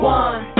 one